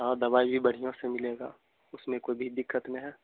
हाँ दवाई भी बढ़िया से मिलेगा उसमें कोई भी दिक्कत न है